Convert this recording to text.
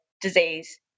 disease